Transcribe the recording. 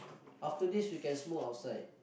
after this we can Smule outside